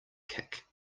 kick